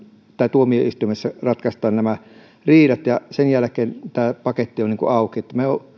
tuomioistuimessa ratkaistaan nämä riidat ja sen jälkeen tämä paketti on auki